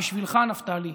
בשבילך, נפתלי,